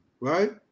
right